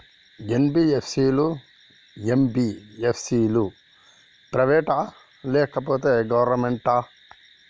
NBFC లు, MBFC లు private ఆ లేకపోతే గవర్నమెంటా?